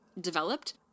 developed